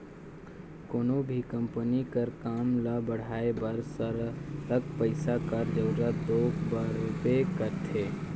कोनो भी कंपनी कर काम ल बढ़ाए बर सरलग पइसा कर जरूरत दो परबे करथे